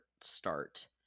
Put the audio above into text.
start